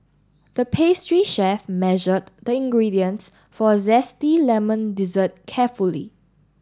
the pastry chef measured the ingredients for a zesty lemon dessert carefully